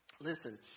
Listen